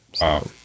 Wow